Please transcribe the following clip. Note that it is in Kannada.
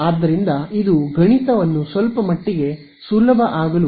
ಆದ್ದರಿಂದ ಇದು ಗಣಿತವನ್ನು ಸ್ವಲ್ಪಮಟ್ಟಿಗೆ ಸುಲಭ ಆಗಲು ಅನುವು ಮಾಡಿಕೊಡುತ್ತದ